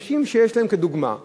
אנשים שיש להם, לדוגמה,